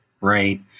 right